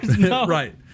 Right